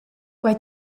quai